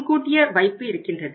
முன்கூட்டிய வைப்பு இருக்கின்றது